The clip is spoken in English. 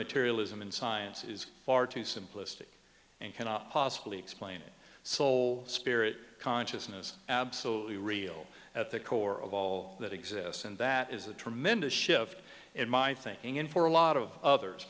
materialism in science is far too simplistic and cannot possibly explain soul spirit consciousness absolutely real at the core of all that exists and that is a tremendous shift in my thinking in for a lot of others